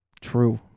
True